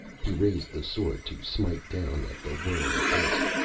he raised the sword to smite down at the whirring disc,